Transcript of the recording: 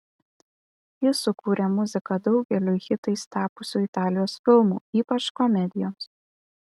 jis sukūrė muziką daugeliui hitais tapusių italijos filmų ypač komedijoms